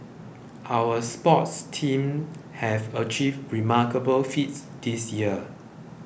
our sports teams have achieved remarkable feats this year